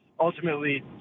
ultimately